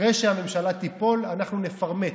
אחרי שהממשלה תיפול, אנחנו נפרמט.